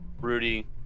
Rudy